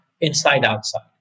inside-outside